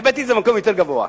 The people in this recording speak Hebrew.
והחבאתי את זה במקום יותר גבוה.